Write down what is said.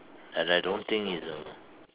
and I don't think it's a